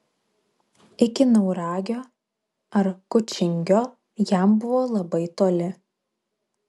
iki nauragio ar kučingio jam buvo labai toli